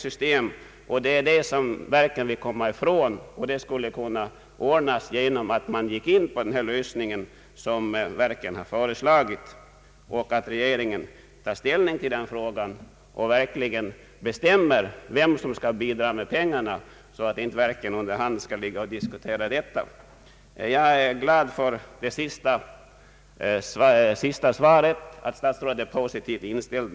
Det är också ett faktum att vi nu har ett tungt aviseringssystem, som skulle kunna förenklas genom den föreslagna lösningen. Jag hoppas i varje fall att regeringen snart tar ställning till denna fråga och bestämmer vilken myndighet som skall bidra med pengarna så att inte verken skall behöva diskutera detta. Jag är glad över att statsrådet är positivt inställd.